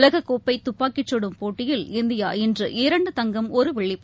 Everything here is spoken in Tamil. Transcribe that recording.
உலகக்கோப்பை துப்பாக்கிச் சுடும் போட்டியில் இந்தியா இன்று இரண்டு தங்கம் ஒரு வெள்ளிப்